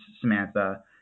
Samantha